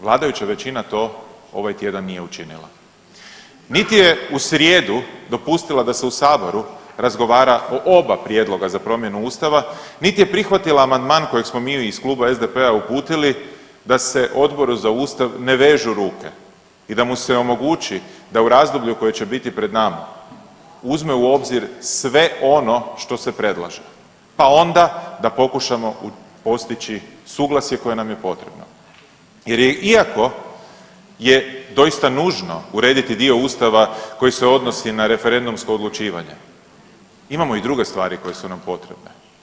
Vladajuća većina to ovaj tjedan nije učinila, niti je u srijedu dopustila da se u saboru razgovara o oba prijedloga za promjenu ustava, niti je prihvatila amandman kojeg smo mi iz kluba SDP-a uputili da se Odboru za ustav ne vežu ruke i da mu se omogući da u razdoblju koje će biti pred nama uzme u obzir sve ono što se predlaže pa onda da pokušamo postići suglasje koje nam je potrebno jer je iako je je doista nužno urediti dio Ustava koji se odnosi na referendumsko odlučivanje, imamo i druge stvari koje su nam potrebne.